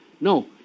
No